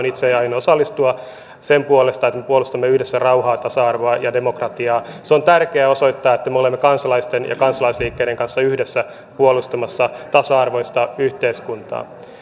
itse aion osallistua sen puolesta että me puolustamme yhdessä rauhaa tasa arvoa ja demokratiaa on tärkeää osoittaa että me olemme kansalaisten ja kansalaisliikkeiden kanssa yhdessä puolustamassa tasa arvoista yhteiskuntaa